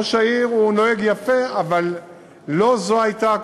ראש העיר נוהג יפה, אבל לא זו הייתה הכוונה,